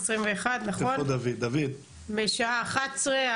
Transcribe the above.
בשעה 11:00,